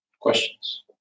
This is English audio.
Questions